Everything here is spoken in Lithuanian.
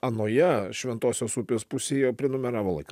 anoje šventosios upės pusėje jie prenumeravo laikra